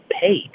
paid